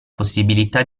possibilità